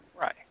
Right